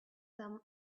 some